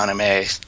anime